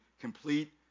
complete